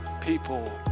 people